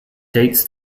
dates